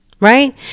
Right